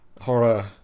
horror